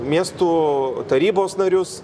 miestų tarybos narius